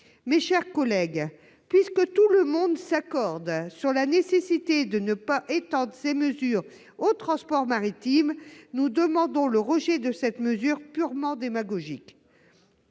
les mêmes motifs. Puisque tout le monde s'accorde sur la nécessité de ne pas étendre ces mesures aux transports maritimes, nous demandons le rejet de cette disposition purement démagogique.